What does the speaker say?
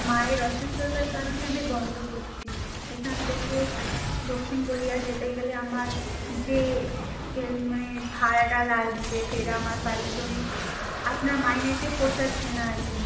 মায়ের অসুস্থতার কারণে আমি বন্ধ করছি এখান থেকে দক্ষিণ গড়িয়ায় যেতে গেলে আমার যে মানে ভাড়াটা লাগজে ফের আমার পারিশ্রমিক আপনার মাইনেতে পোষাচ্ছে না আর কি